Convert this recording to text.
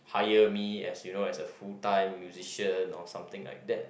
hire me as you know as a full time musician or something like that